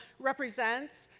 represents,